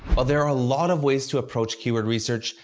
while there are a lot of ways to approach keyword research,